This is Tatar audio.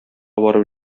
барып